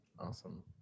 Awesome